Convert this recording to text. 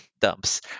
dumps